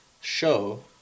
show